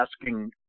asking